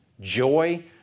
joy